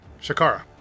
Shakara